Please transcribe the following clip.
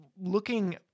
looking